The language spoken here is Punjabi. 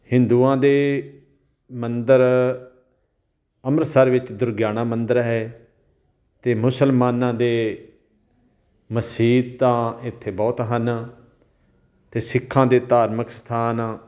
ਹਿੰਦੂਆਂ ਦੇ ਮੰਦਰ ਅੰਮ੍ਰਿਤਸਰ ਵਿੱਚ ਦੁਰਗਿਆਣਾ ਮੰਦਰ ਹੈ ਅਤੇ ਮੁਸਲਮਾਨਾਂ ਦੇ ਮਸੀਤਾਂ ਇੱਥੇ ਬਹੁਤ ਹਨ ਅਤੇ ਸਿੱਖਾਂ ਦੇ ਧਾਰਮਿਕ ਸਥਾਨ